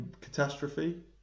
Catastrophe